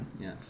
Yes